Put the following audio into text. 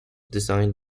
designed